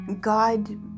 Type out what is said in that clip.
God